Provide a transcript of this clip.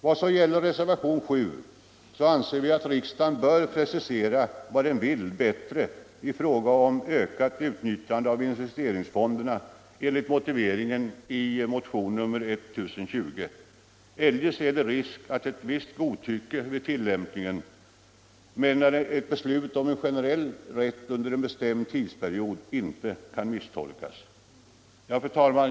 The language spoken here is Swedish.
Vad så gäller reservationen 7 A anser vi, att riksdagen bättre bör precisera vad den vill i fråga om ökat utnyttjande av investeringsfonderna enligt motiveringen i motion nr 1020; eljest är det risk för ett visst godtycke vid tillämpningen. Ett beslut om en generell rätt under en bestämd tidsperiod kan däremot inte misstolkas. Fru talman!